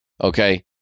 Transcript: okay